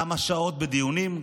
כמה שעות בדיונים?